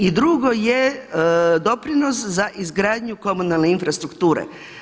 I drugo je doprinos za izgradnju komunalne infrastrukture.